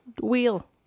Wheel